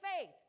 faith